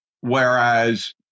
Whereas